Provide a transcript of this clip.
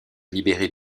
libérer